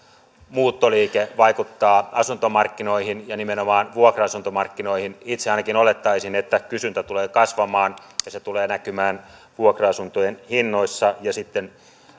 muuttoliike vaikuttaa asuntomarkkinoihin ja nimenomaan vuokra asuntomarkkinoihin itse ainakin olettaisin että kysyntä tulee kasvamaan ja se tulee näkymään vuokra asuntojen hinnoissa ja sitten